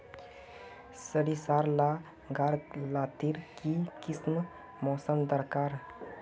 सरिसार ला गार लात्तिर की किसम मौसम दरकार?